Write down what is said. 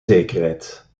zekerheid